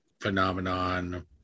Phenomenon